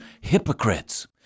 hypocrites